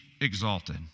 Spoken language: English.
exalted